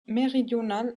méridional